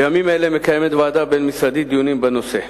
בימים אלה מקיימת ועדה בין-משרדית דיונים בנושא.